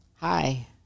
hi